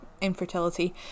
infertility